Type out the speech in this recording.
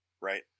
Right